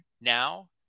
now